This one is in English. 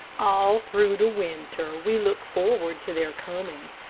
all through the winter we look forward to their coming,